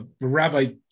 Rabbi